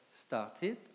started